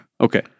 Okay